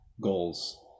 goals